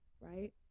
right